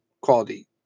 quality